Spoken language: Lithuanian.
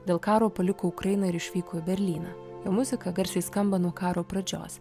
dėl karo paliko ukrainą ir išvyko į berlyną jo muzika garsiai skamba nuo karo pradžios